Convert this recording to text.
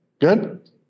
Good